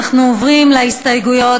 אנחנו עוברים להסתייגויות.